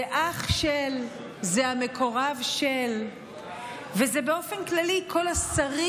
זה אח-של, זה המקורב-של וזה באופן כללי כל השרים,